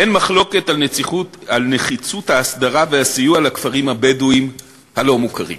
אין מחלוקת על נחיצות ההסדרה והסיוע לכפרים הבדואיים הלא-מוכרים.